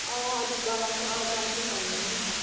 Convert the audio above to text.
अँ अलिक गरम छ जानुपर्छ नि